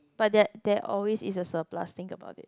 but that there always is a surplus think about it